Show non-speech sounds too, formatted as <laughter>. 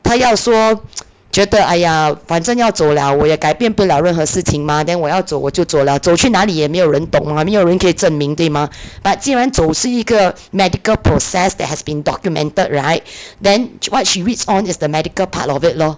她要说 <noise> 觉得 !aiya! 反正要走了我也改变不了任何事情 mah then 我要走我就走了走去那里也没有人懂也没有人可以证明对吗 but 既然走是一个:ji ran zou shiyi ge medical process that has been documented [right] then what she reads on the medical part of it lor